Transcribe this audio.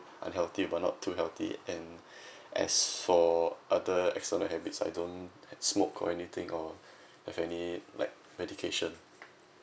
unhealthy but not too healthy and as for other external habits I don't smoke or anything or have any like medication